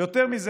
ויותר מזה,